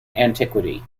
antiquity